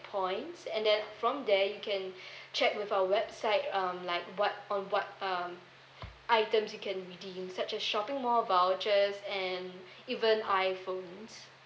points and then from there you can check with our website um like what on what um items you can redeem such as shopping mall vouchers and even iphones